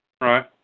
Right